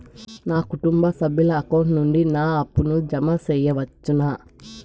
నా కుటుంబ సభ్యుల అకౌంట్ నుండి నా అప్పును జామ సెయవచ్చునా?